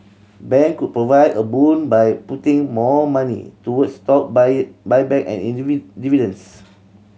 bank could provide a boon by putting more money toward stock buyback and dividends